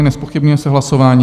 Nezpochybňuje se hlasování.